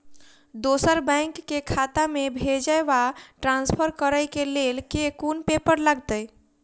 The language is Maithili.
दोसर बैंक केँ खाता मे भेजय वा ट्रान्सफर करै केँ लेल केँ कुन पेपर लागतै?